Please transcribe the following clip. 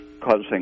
causing